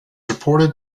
reported